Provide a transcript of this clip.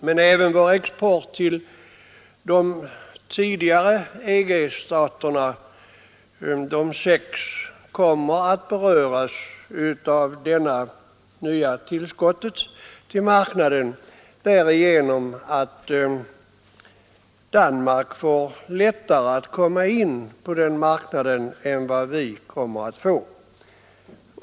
Men även vår export till de tidigare EEC-staterna kommer att beröras av det nya tillskottet till marknaden, eftersom Danmark får lättare att komma in på den marknaden än vi.